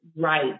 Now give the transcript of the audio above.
right